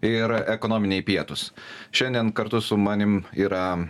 ir ekonominiai pietūs šiandien kartu su manim yra